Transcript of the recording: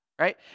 right